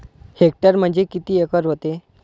Hectare म्हणजे किती acre व्हते?